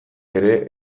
ere